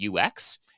ux